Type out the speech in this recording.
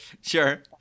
Sure